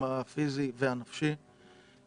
הפיזי והנפשי.